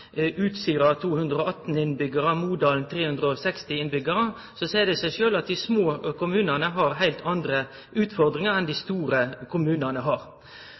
Utsira 218 innbyggjarar, Modalen 360 innbyggjarar. Det seier seg sjølv at dei små kommunane har heilt andre utfordringar enn dei store kommunane har.